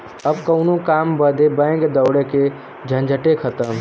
अब कउनो काम बदे बैंक दौड़े के झंझटे खतम